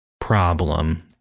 problem